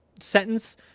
sentence